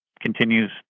continues